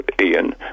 Ian